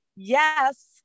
yes